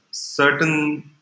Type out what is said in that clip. certain